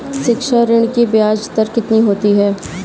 शिक्षा ऋण की ब्याज दर कितनी होती है?